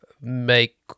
make